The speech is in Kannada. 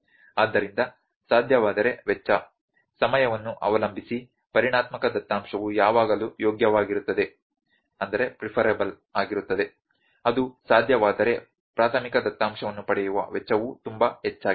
ಆದ್ದರಿಂದ ಸಾಧ್ಯವಾದರೆ ವೆಚ್ಚ ಸಮಯವನ್ನು ಅವಲಂಬಿಸಿ ಪರಿಮಾಣಾತ್ಮಕ ದತ್ತಾಂಶವು ಯಾವಾಗಲೂ ಯೋಗ್ಯವಾಗಿರುತ್ತದೆ ಅದು ಸಾಧ್ಯವಾದರೆ ಪ್ರಾಥಮಿಕ ದತ್ತಾಂಶವನ್ನು ಪಡೆಯುವ ವೆಚ್ಚವು ತುಂಬಾ ಹೆಚ್ಚಾಗಿದೆ